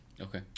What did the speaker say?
Okay